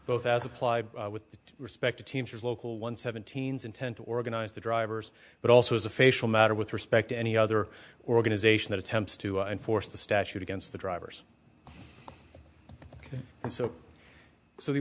both as applied with respect to teamsters local one seventeen's intent to organize the drivers but also as a facial matter with respect to any other organization that attempts to enforce the statute against the drivers and so so the